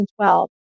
2012